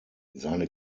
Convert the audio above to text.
seine